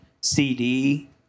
CD